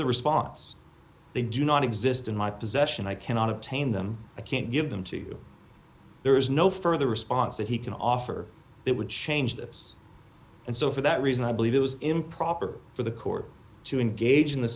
the response they do not exist in my possession i cannot obtain them i can't give them to you there is no further response that he can offer that would change this and so for that reason i believe it was improper for the court to engage